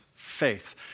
faith